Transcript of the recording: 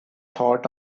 thought